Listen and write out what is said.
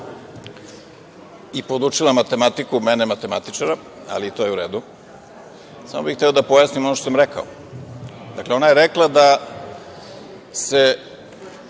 i podučila matematiku, mene, matematičara, ali to je u redu, samo bih hteo da pojasnim ono što sam rekao. Dakle, ona je rekla da se